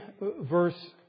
verse